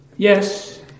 Yes